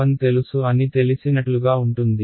1 తెలుసు అని తెలిసినట్లుగా ఉంటుంది